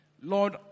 Lord